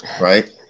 right